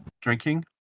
drinking